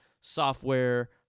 software